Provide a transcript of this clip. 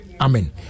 Amen